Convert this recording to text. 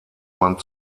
man